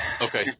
Okay